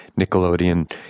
Nickelodeon